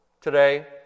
today